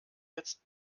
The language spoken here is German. jetzt